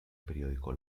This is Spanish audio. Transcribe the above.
periódico